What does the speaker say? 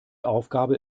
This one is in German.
aufgabe